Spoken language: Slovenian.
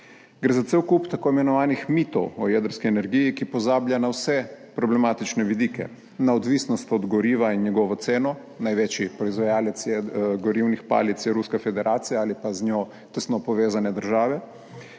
Gre za cel kup tako imenovanih mitov o jedrski energiji, ki pozabljajo na vse problematične vidike, na odvisnost od goriva in njegovo ceno, največji proizvajalec gorivnih palic je Ruska federacija ali pa z njo tesno povezane države,